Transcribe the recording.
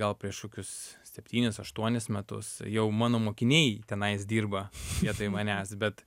gal prieš kokius septynis aštuonis metus jau mano mokiniai tenai dirba vietoj manęs bet